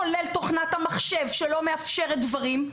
כולל תוכנת המחשב שלא מאפשרת דברים.